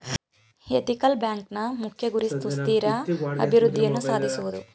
ethical ಬ್ಯಾಂಕ್ನ ಮುಖ್ಯ ಗುರಿ ಸುಸ್ಥಿರ ಅಭಿವೃದ್ಧಿಯನ್ನು ಸಾಧಿಸುವುದು